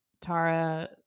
tara